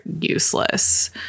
useless